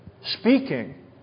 speaking